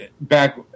back